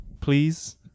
please